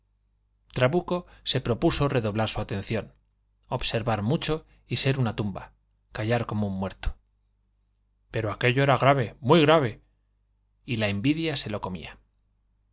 trabuco se propuso redoblar su atención observar mucho y ser una tumba callar como un muerto pero aquello era grave muy grave y la envidia se lo comía